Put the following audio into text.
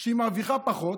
היא מרוויחה פחות,